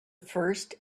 first